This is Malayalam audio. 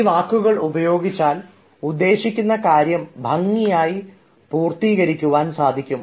ഈ വാക്കുകൾ ഉപയോഗിച്ചാൽ ഉദ്ദേശിക്കുന്ന കാര്യം ഭംഗിയായി പൂർത്തീകരിക്കാൻ സാധിക്കും